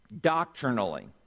doctrinally